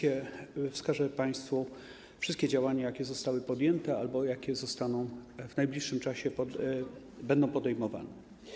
I wskażę państwu wszystkie działania, jakie zostały podjęte albo jakie w najbliższym czasie będą podejmowane.